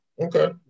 Okay